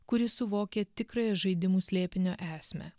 kuri suvokia tikrąją žaidimų slėpinio esmę